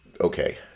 okay